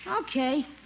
Okay